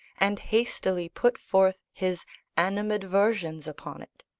and hastily put forth his animadversions upon it.